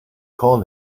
call